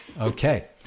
Okay